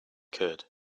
could